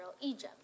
Egypt